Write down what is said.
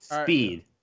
Speed